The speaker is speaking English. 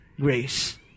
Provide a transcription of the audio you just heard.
grace